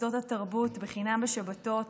מוסדות התרבות בחינם בשבתות